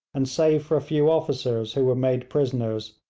and save for a few officers who were made prisoners,